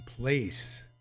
place